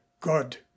god